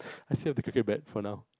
I still have the cricket bat for now